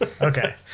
Okay